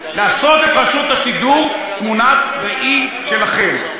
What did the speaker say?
לעשות את רשות השידור תמונת ראי שלכם.